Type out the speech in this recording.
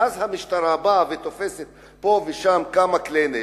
ואז המשטרה באה ותופסת פה ושם כמה כלי נשק,